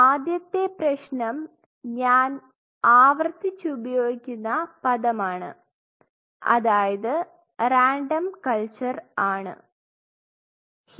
ആദ്യത്തെ പ്രശ്നം ഞാൻ അവരെ ആവർത്തിച് ഉപയോഗിക്കുന്ന പദമാണ് അതായത് ഒരു റാൻഡം കൾച്ചർ ആണ് എന്നതാണ്